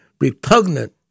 repugnant